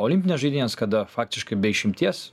olimpinės žaidynės kada faktiškai be išimties